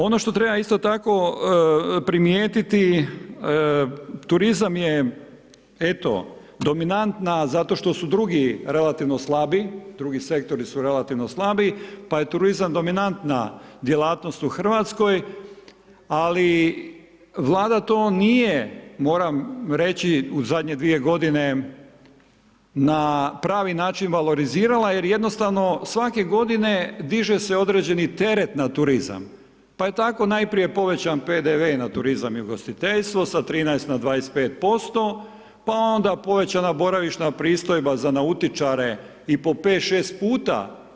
Ono što treba isto tako primijetiti, turizam je, eto, dominantna, zato što su drugi relativno slabi, drugi sektori su relativno slabi, pa je turizam dominantna djelatnost u RH, ali Vlada to nije, moram reći, u zadnje dvije godine, na pravi način valorizirala jer jednostavno svake godine diže se određeni teret na turizam, pa je tako najprije povećan PDV na turizam i ugostiteljstvo sa 13 na 25%, pa onda povećana boravišna pristojba za nautičare i po pet, šest puta.